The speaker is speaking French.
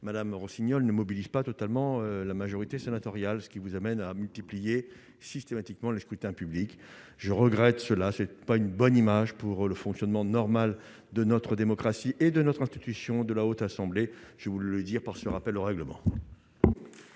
Madame Rossignol ne mobilise pas totalement la majorité sénatoriale ce qui vous amène à multiplier systématiquement le scrutin public je regrette cela c'est pas une bonne image pour le fonctionnement normal de notre démocratie et de notre institution de la Haute Assemblée, je vais vous le dire par ce rappel au règlement.